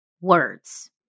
words